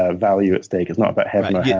ah value at stake. it's not about heaven or yeah